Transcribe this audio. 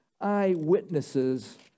eyewitnesses